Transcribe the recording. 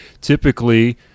typically